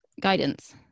guidance